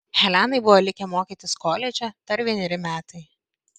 helenai buvo likę mokytis koledže dar vieneri metai